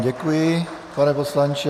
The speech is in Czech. Děkuji vám, pane poslanče.